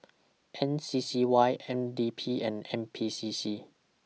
M C C Y N D P and N P C C